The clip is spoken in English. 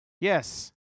Yes